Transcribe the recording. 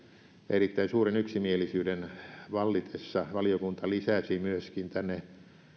erittäin suuren yksimielisyyden vallitessa valiokunta lisäsi tänne